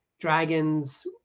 dragons